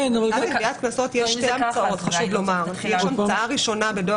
חשוב לומר שבגביית קנסות יש המצאה ראשונה בדואר